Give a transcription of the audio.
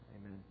Amen